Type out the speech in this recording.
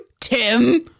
Tim